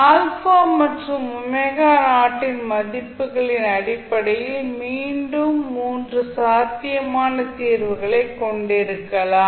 α மற்றும் இன் மதிப்புகளின் அடிப்படையில் மீண்டும் மூன்று சாத்தியமான தீர்வுகளைக் கொண்டிருக்கலாம்